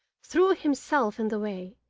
threw himself in the way,